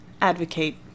advocate